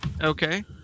okay